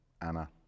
Anna